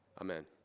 Amen